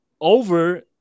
over